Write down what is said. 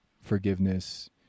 forgiveness